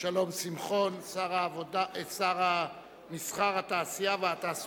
שלום שמחון, שר המסחר, התעשייה והתעסוקה.